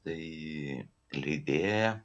tai leidėja